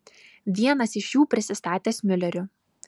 vienas iš jų prisistatęs miuleriu